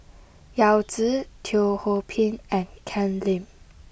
Yao Zi Teo Ho Pin and Ken Lim